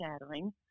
shattering